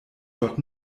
dort